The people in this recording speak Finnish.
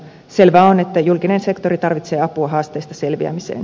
selvää on että julkinen sektori tarvitsee apua haasteista selviämiseen